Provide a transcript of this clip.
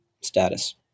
status